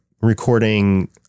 recording